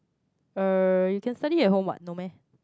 uh you can study at home what no meh